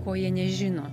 ko jie nežino